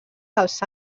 dels